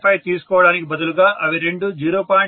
5 తీసుకోవడానికి బదులు గా అవి రెండూ 0